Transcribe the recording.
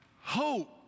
hope